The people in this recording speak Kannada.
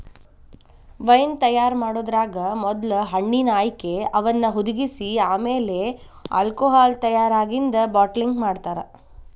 ವೈನ್ ತಯಾರ್ ಮಾಡೋದ್ರಾಗ ಮೊದ್ಲ ಹಣ್ಣಿನ ಆಯ್ಕೆ, ಅವನ್ನ ಹುದಿಗಿಸಿ ಆಮೇಲೆ ಆಲ್ಕೋಹಾಲ್ ತಯಾರಾಗಿಂದ ಬಾಟಲಿಂಗ್ ಮಾಡ್ತಾರ